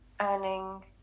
earning